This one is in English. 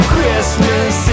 Christmas